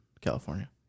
California